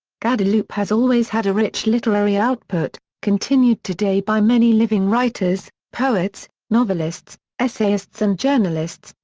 guadeloupe has always had a rich literary output, continued today by many living writers, poets, novelists, essayists and journalists,